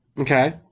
Okay